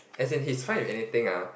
as in he's fine with anything ah